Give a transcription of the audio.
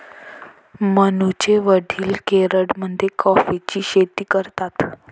मनूचे वडील केरळमध्ये कॉफीची शेती करतात